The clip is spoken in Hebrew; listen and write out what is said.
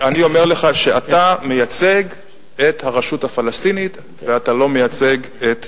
אני אומר לך שאתה מייצג את הרשות הפלסטינית ואתה לא מייצג את